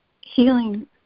healing